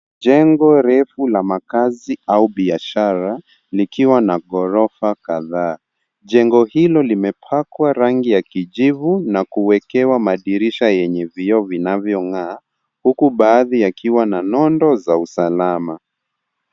Jengo refu la makazi au biashara likiwa na ghorofa kadhaa. Jengo hilo limepakwa rangi ya kijivu na kuwekewa madirisha yenye vioo vinavyong'aa huku baadhi vikiwa na nondo ya usalama.